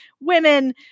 women